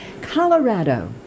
Colorado